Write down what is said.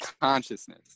consciousness